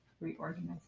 reorganize